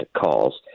calls